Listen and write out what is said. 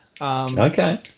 Okay